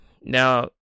now